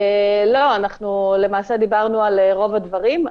אנחנו למעשה דיברנו על רוב הדברים.